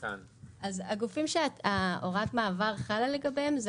הגופים שהוראת המעבר חלה לגביהם זה